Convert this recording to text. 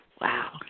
Wow